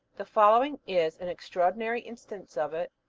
the following is an extraordinary instance of it.